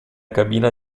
cabina